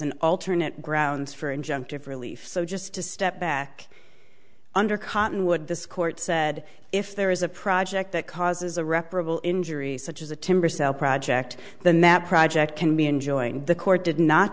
an alternate grounds for injunctive relief so just to step back under cottonwood this court said if there is a project that causes a reparable injury such as a timber sale project then that project can be enjoying the court did not